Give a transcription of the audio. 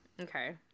Okay